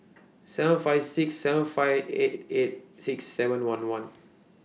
seven five six seven five eight eight six seven one one